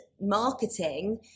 marketing